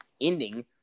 ending